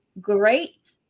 great